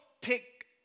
pick